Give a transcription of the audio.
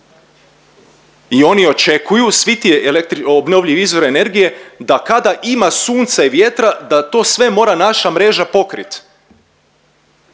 I oni očekuju, svi ti obnovljivi izvori energije da kada ima sunca i vjetra da to sve mora naša mreža pokrit.